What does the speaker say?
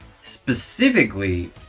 specifically